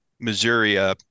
Missouri